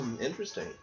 Interesting